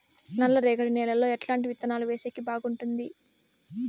నల్లరేగడి నేలలో ఎట్లాంటి విత్తనాలు వేసేకి బాగుంటుంది?